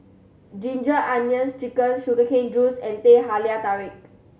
Ginger Onions Chicken sugar cane juice and Teh Halia Tarik